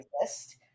exist